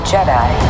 Jedi